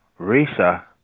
Risa